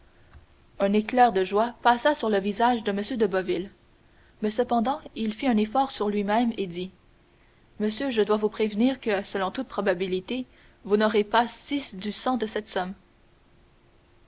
un éclair de joie passa sur le visage de m de boville mais cependant il fit un effort sur lui-même et dit monsieur je dois vous prévenir que selon toute probabilité vous n'aurez pas six du cent de cette somme